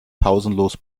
pausenlos